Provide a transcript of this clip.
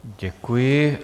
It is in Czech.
Děkuji.